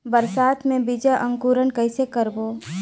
बरसात मे बीजा अंकुरण कइसे करबो?